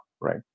right